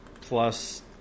plus